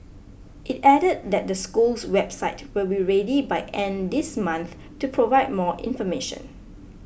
it added that the school's website will be ready by end this month to provide more information